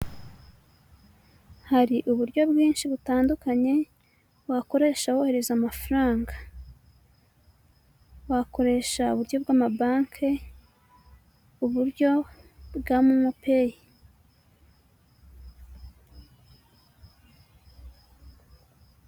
Hari uburyo bwinshi butandukanye wakoresha wohereza amafaranga, wakoresha uburyo bw'amabanki uburyo bwa momo peyi.